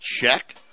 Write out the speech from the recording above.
check